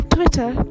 Twitter